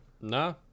No